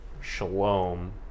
shalom